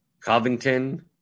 Covington